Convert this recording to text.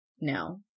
no